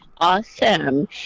Awesome